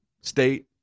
state